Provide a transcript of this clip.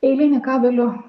eilinį kabelių